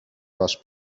masz